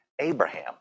Abraham